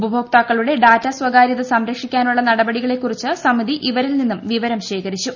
ഉപഭോക്താക്കളുടെ ഡാറ്റ സ്വകാര്യത സംരക്ഷിക്കാനുള്ള നടപടികളെ കുറിച്ച് സമിതി ഇവരിൽ നിന്നും വിവരം ശേഖരിച്ചു